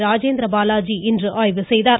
ராஜேந்திர பாலாஜி இன்று ஆய்வு செய்தார்